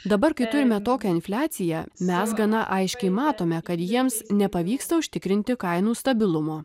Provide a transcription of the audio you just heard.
dabar kai turime tokią infliaciją mes gana aiškiai matome kad jiems nepavyksta užtikrinti kainų stabilumo